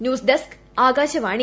news desk Akashvani